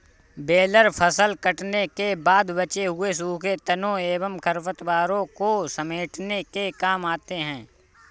baler फसल कटने के बाद बचे हुए सूखे तनों एवं खरपतवारों को समेटने के काम आते हैं